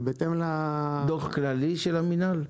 דוח כללי של רמ"י?